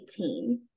2018